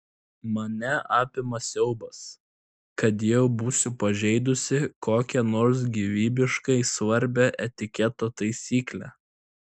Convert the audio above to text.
mane apima siaubas kad jau būsiu pažeidusi kokią nors gyvybiškai svarbią etiketo taisyklę